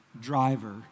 driver